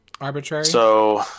arbitrary